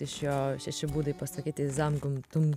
iš jo šeši būdai pasakyti zankuntum